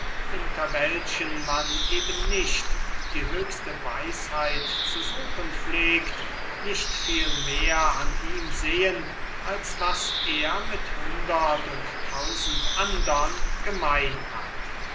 nicht viel mehr an ihm sehen als was er mit hundert und tausend andern gemein hat